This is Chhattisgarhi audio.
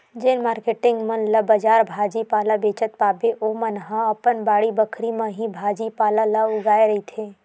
जेन मारकेटिंग मन ला बजार भाजी पाला बेंचत पाबे ओमन ह अपन बाड़ी बखरी म ही भाजी पाला ल उगाए रहिथे